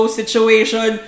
situation